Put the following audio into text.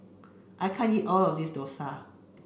I can't eat all of this Dosa